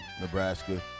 Nebraska